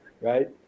right